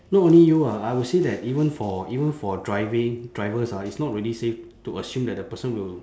not only you ah I will say that even for even for driving drivers ah it's not really safe to assume that the person will